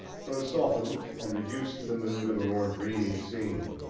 though softened, and reduced to the mood of a more dreamy scene.